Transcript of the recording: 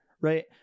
right